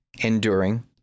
enduring